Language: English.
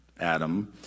Adam